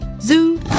Zoo